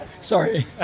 Sorry